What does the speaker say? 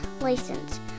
license